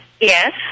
Yes